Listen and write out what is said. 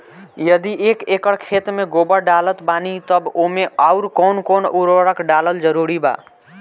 यदि एक एकर खेत मे गोबर डालत बानी तब ओमे आउर् कौन कौन उर्वरक डालल जरूरी बा?